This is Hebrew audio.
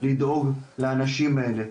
לדאוג לאנשים האלה.